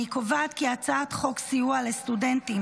אני קובעת כי הצעת חוק סיוע לסטודנטים